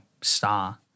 star